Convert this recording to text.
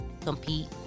compete